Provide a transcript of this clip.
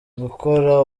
gukora